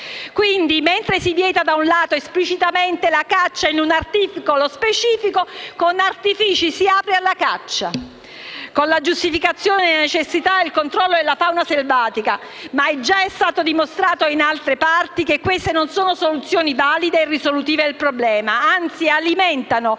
Quindi, mentre da un lato si vieta esplicitamente la caccia in un articolo specifico, con artifici si apre alla caccia, con la giustificazione della necessità del controllo della fauna selvatica. È però già stato dimostrato, in altre parti, che queste non sono soluzioni valide e risolutive del problema e anzi alimentano il circolo